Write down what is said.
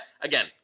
again